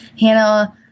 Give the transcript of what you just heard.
Hannah